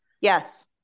Yes